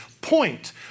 point